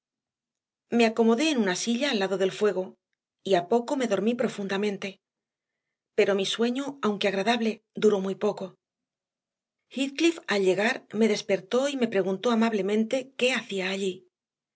e acomodé en una silla allado delfuego y a poco me dormí profundamente pero misueño aunque agradable duró muy poco h eathcliff al llegar me despertó y me preguntó amablemente qué hacía allí